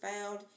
found